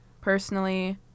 Personally